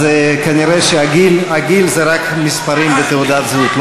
אז כנראה הגיל זה רק מספרים בתעודת הזהות.